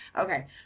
Okay